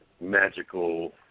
magical